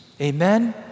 Amen